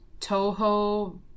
Toho